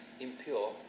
impure